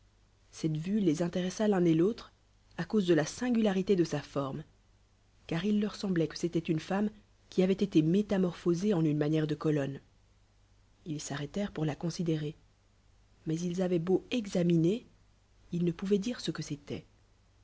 cette vue les intéressa l'un et autre y caure de la singularité de sa forme car il leur seinbloitque c'était une femme qui voit été métamorphosée en une manière de colonne ds il'arrêtèren t pour la coneidérer mais illl avaient heau examiner ils ne pouvoient dire ce que c'était